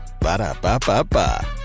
Ba-da-ba-ba-ba